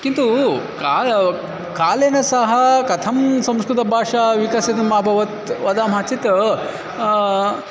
किन्तु का कालेन सह कथं संस्कृतभाषा विकसितम् अभवत् वदामः चेत्